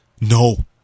No